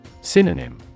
Synonym